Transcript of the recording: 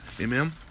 Amen